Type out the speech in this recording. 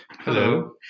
Hello